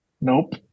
Nope